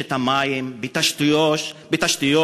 ברשת המים, בתשתיות.